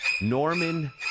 Norman